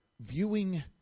viewing